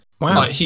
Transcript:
Wow